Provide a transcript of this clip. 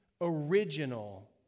original